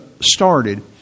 started